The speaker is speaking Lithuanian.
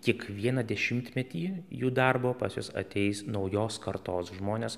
kiekvieną dešimtmetį jų darbo pas juos ateis naujos kartos žmonės